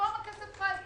במקום כסף חי,